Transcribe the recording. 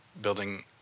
building